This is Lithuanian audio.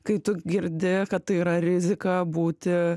kai tu girdi kad tai yra rizika būti